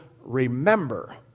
remember